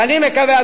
ואני מקווה,